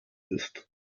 ist